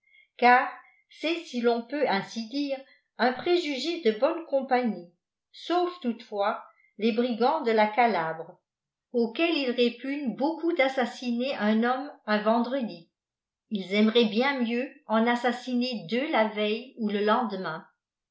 car c'est su'on peut ainsi dire un préjugé de bonne compagnie sauf toutefois les brigands de la calabre auxquels ils répugnent beaucoup d'assassiner un homme un vendredi ils aimgralt h f mieux en assassincir deux la veille ou le lendemain